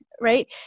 right